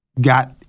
got